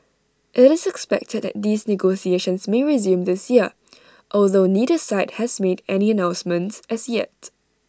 IT is expected that these negotiations may resume this year although neither side has made any announcements as yet